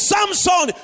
Samson